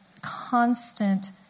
constant